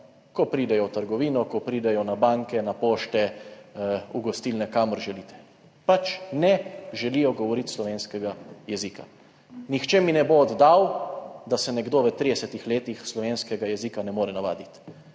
ko pridejo v trgovino, ko pridejo na banke, na pošte, v gostilne, kamor želite. Pač, ne želijo govoriti slovenskega jezika. Nihče mi ne bo oddal, da se nekdo v 30. letih slovenskega jezika ne more navaditi.